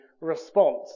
response